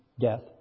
death